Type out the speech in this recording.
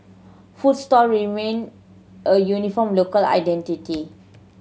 food stall remain a uniform local identity